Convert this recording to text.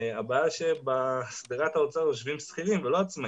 הבעיה שבשדרת האוצר יושבים שכירים ולא עצמאים.